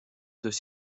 deux